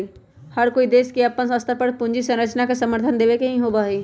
हर कोई देश के अपन स्तर पर पूंजी संरचना के समर्थन देवे के ही होबा हई